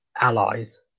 allies